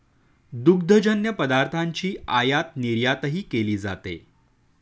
दुग्धजन्य पदार्थांची आयातनिर्यातही केली जाते